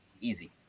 Easy